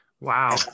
wow